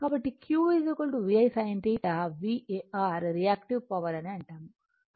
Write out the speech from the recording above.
కాబట్టి Q VI sinθ VAr reactive power అని అంటాము